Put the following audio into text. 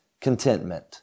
contentment